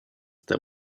that